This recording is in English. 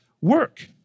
work